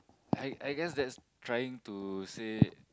I I guess that's trying to say